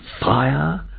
fire